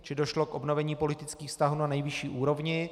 Čili došlo k obnovení politických vztahů na nejvyšší úrovni.